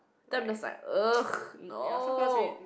then I'm just like !ugh! no